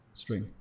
string